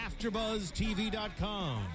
AfterbuzzTV.com